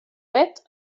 pet